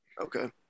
Okay